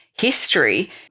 history